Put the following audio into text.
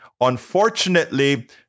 Unfortunately